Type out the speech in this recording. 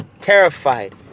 terrified